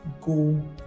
go